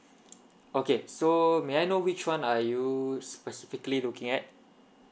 okay so may I know which one are you specifically looking at